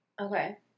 Okay